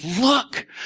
look